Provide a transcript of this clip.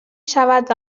شود